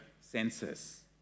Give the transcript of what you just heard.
census